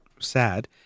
sad